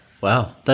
Wow